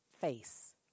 face